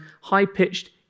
high-pitched